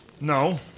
No